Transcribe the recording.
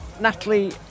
Natalie